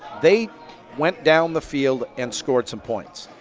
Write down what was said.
they went down the field and scored some points.